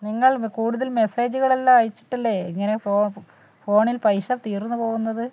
നിങ്ങൾ കൂടുതൽ മെസ്സേജുകളെല്ലാം അയച്ചിട്ടല്ലേ ഇങ്ങനെ ഫോണിൽ പൈസ തീർന്നു പോകുന്നത്